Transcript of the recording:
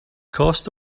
cost